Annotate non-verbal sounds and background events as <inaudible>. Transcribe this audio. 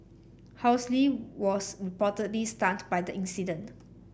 <unintelligible> was reportedly stunned by the incident